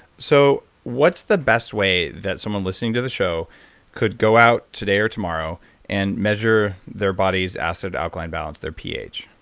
so what's the best way that someone listening to the show could go out today or tomorrow and measure their body's acid alkaline balance by ph.